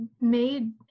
made